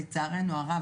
לצערנו הרב,